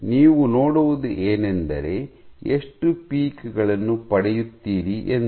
ನೀವು ನೋಡುವುದು ಏನಂದರೆ ಎಷ್ಟು ಪೀಕ್ ಗಳನ್ನು ಪಡೆಯುತ್ತೀರಿ ಎಂದು